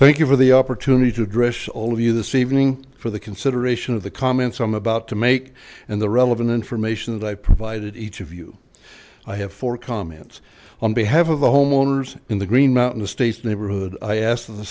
thank you for the opportunity to address all of you this evening for the consideration of the comments i'm about to make and the relevant information that i provided each of you i have for comments on behalf of the homeowners in the green mountain estates neighborhood i asked of the